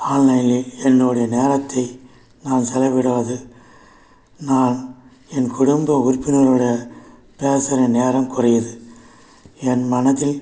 ஆன்லைனில் என்னுடைய நேரத்தை நான் செலவிடுவது நான் என் குடும்ப உறுப்பினர்களோடு பேசுற நேரம் குறையுது என் மனதில்